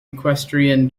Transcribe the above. equestrian